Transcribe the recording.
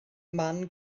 man